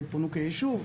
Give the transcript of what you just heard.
פונו כיישוב,